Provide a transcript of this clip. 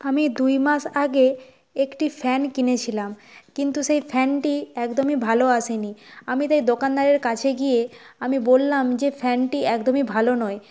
আমি দুই মাস আগে একটি ফ্যান কিনেছিলাম কিন্তু সেই ফ্যানটি একদমই ভালো আসেনি আমি তাই দোকানদারের কাছে গিয়ে আমি বললাম যে ফ্যানটি একদমই ভালো নয়